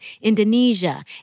Indonesia